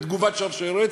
תגובת שרשרת,